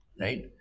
Right